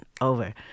over